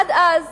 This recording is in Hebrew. עד אז,